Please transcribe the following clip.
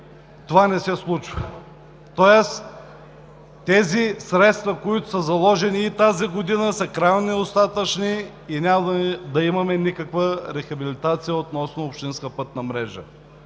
това не се случва. Тоест тези средства, които са заложени и тази година, са крайно недостатъчни, няма да имаме никаква рехабилитация на общинската пътна мрежа.